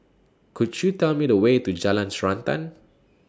Could YOU Tell Me The Way to Jalan Srantan